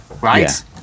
right